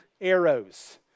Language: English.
arrows